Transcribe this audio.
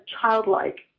childlike